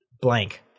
blank